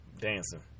Dancing